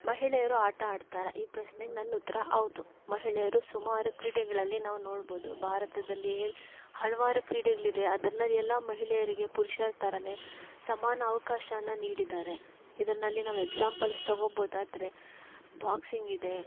ಮಹಿಳೆಯರು ಆಟ ಆಡ್ತಾರ ಈ ಪ್ರಶ್ನೆಗ್ ನನ್ನ ಉತ್ತರ ಹೌದು ಮಹಿಳೆಯರು ಸುಮಾರು ಕ್ರೀಡೆಗಳಲ್ಲಿ ನಾವು ನೋಡ್ಬೋದು ಭಾರತದಲ್ಲೀ ಹಲವಾರು ಕ್ರೀಡೆಗಳಿದೆ ಅದನ್ನು ಎಲ್ಲಾ ಮಹಿಳೆಯರಿಗೆ ಪುರುಷರ ಥರನೇ ಸಮಾನ ಅವಕಾಶಾನ ನೀಡಿದಾರೆ ಇದನ್ನಲ್ಲಿ ನಾವು ಎಕ್ಸಾಂಪಲ್ಸ್ ತೊಗೊಬೋದಾದರೆ ಬಾಕ್ಸಿಂಗಿದೆ